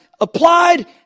applied